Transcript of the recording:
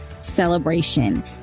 celebration